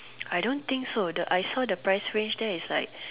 I don't think so the I saw the price range there is like